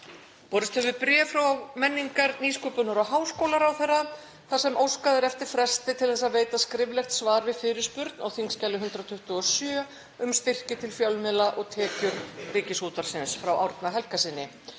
Borist hefur bréf frá menningar-, nýsköpunar- og háskólaráðherra þar sem óskað er eftir fresti til að veita skriflegt svar við fyrirspurn á þskj. 127, um styrki til fjölmiðla og tekjur Ríkisútvarpsins, frá Árna Helgasyni.